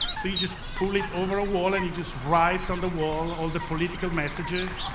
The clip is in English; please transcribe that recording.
so you just pull it over a wall and it just writes on the wall all the political messages.